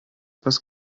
was